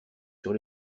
sur